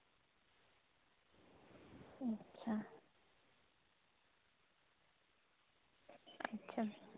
ᱟᱪᱪᱷᱟ ᱟᱪᱪᱷᱟ